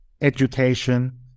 education